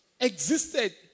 existed